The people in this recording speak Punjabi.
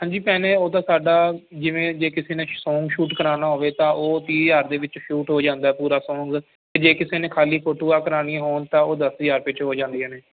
ਹਾਂਜੀ ਭੈਣੇ ਉਹ ਤਾਂ ਸਾਡਾ ਜਿਵੇਂ ਜੇ ਕਿਸੇ ਨੇ ਸੌਂਗ ਸ਼ੂਟ ਕਰਾਉਣਾ ਹੋਵੇ ਤਾਂ ਉਹ ਤੀਹ ਹਜਾਰ ਦੇ ਵਿੱਚ ਸ਼ੂਟ ਹੋ ਜਾਂਦਾ ਪੂਰਾ ਸੋਂਗ 'ਤੇ ਜੇ ਕਿਸੇ ਨੇ ਖਾਲੀ ਫੋਟੋਆਂ ਕਰਾਣੀਆਂ ਹੋਣ ਤਾਂ ਉਹ ਦਸ ਹਜ਼ਾਰ ਰੁਪਏ 'ਚ ਹੋ ਜਾਂਦੀਆਂ ਨੇ